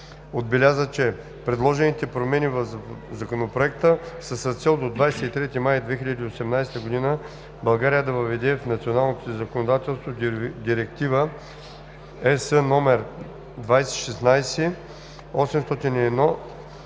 отбеляза, че предложените промени в Законопроекта са с цел до 23 май 2018 г. България да въведе в националното си законодателство Директива (ЕС) № 2016/801